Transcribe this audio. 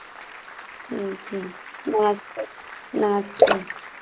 ठीक ठीक नमस्ते नमस्ते